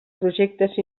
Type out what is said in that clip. projectes